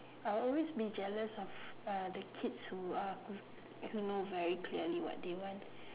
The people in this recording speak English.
I'll always be jealous of uh the kids who uh who who know very clearly what they want